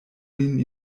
lin